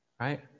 Right